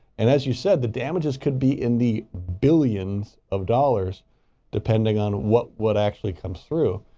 and as you said, the damages could be in the billions of dollars depending on what what actually comes through.